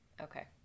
Okay